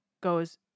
goes